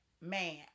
man